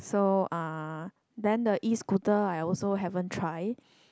so uh then the E-Scooter I also haven't try